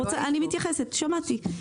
אני מתייחסת, שמעתי.